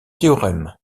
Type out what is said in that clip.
théorème